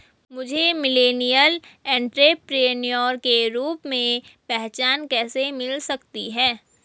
मुझे millennial entrepreneur के रूप में पहचान कैसे मिल सकती है?